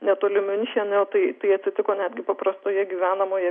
netoli miunchenio tai tai atsitiko netgi paprastoje gyvenamoje